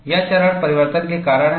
यह चरण परिवर्तन के कारण है